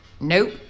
Nope